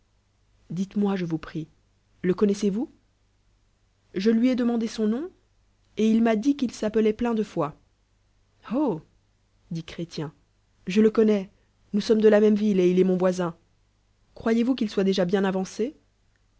dites-moi je vous prie le connoissois je lui ai demandé son dom et il m'a dit qu'il ip plein de loi oh dit cbrétien je le codnois nous sommes de la même ville et il est mon voisin croyez voul qu'il soil déj bien avancé